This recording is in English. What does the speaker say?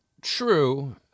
True